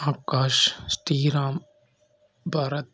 Akash Sriram Bharat